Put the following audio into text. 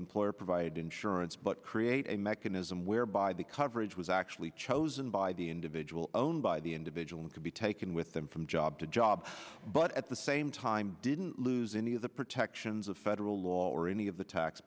employer provided insurance but create a mechanism whereby the coverage was actually chosen by the individual owned by the individual could be taken with them from job to job but at the same time didn't lose any of the protections of federal law or any of the tax